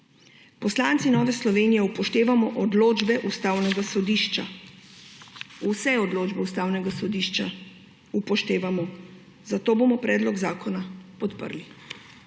Poslanci Nove Slovenije upoštevamo odločbe Ustavnega sodišča, vse odločbe Ustavnega sodišča upoštevamo, zato bomo predlog zakona podprli.